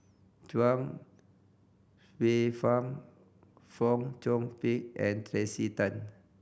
Chuang Hsueh Fang Fong Chong Pik and Tracey Tan